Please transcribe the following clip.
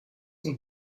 und